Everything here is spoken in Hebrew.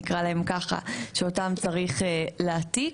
נקרא להם ככה שאותם צריך להעתיק,